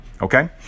Okay